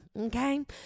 okay